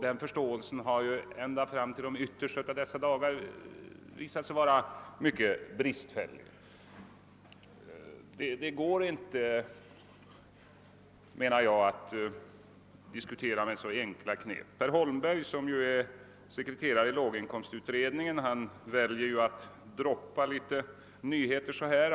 Den förståelsen har ända fram till de yttersta av dessa dagar visat sig vara mycket bristfällig. Per Holmberg, som är sekreterare i låginkomstutredningen, väljer ju att droppa litet nyheter då och då.